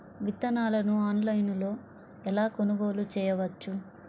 విత్తనాలను ఆన్లైనులో ఎలా కొనుగోలు చేయవచ్చు?